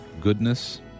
goodness